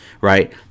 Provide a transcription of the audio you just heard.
right